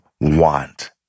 want